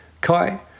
Kai